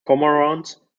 cormorants